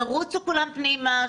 ירוצו כולם פנימה,